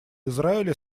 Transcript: израиля